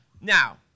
Now